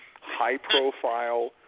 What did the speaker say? high-profile